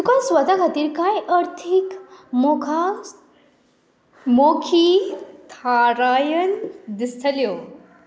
तुका स्वता खातीर कांय अर्थीक मोखास मोखी थारायन दिसतल्यो